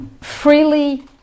freely